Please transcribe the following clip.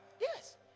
Yes